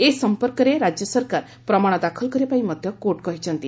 ଏ ସମ୍ପର୍କରେ ରାଜ୍ୟ ସରକାର ପ୍ରମାଣ ଦାଖଲ କରିବାପାଇଁ ମଧ୍ୟ କୋର୍ଟ କହିଛନ୍ତି